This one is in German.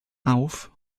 auf